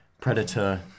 Predator